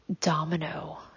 domino